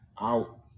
out